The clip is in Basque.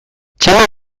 txalo